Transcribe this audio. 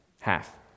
Half